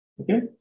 Okay